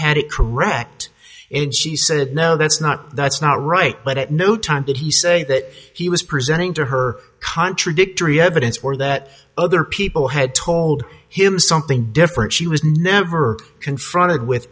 had it correct in she said no that's not that's not right but at no time did he say that he was presenting to her contradictory evidence or that other people had told him something different she was never confronted with